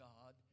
God